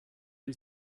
you